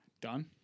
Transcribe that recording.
Done